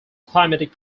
climatic